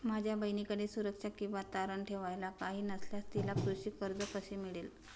माझ्या बहिणीकडे सुरक्षा किंवा तारण ठेवायला काही नसल्यास तिला कृषी कर्ज कसे मिळेल?